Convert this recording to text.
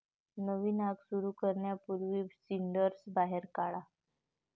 नवीन आग सुरू करण्यापूर्वी सिंडर्स बाहेर काढा